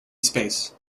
space